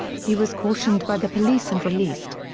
he was cautioned by the police and released.